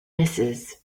misses